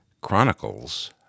Chronicles